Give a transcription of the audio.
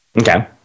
Okay